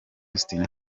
austin